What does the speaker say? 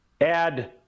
add